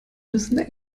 müssen